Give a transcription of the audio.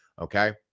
Okay